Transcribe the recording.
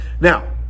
Now